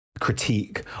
critique